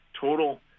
total